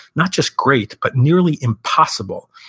not just great, but nearly impossible,